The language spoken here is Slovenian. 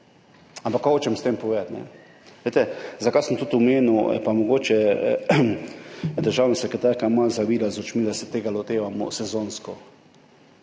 Ampak kaj hočem s tem povedati? Zakaj sem tudi omenil, pa mogoče je državna sekretarka malo zavila z očmi, da se tega lotevamo sezonsko?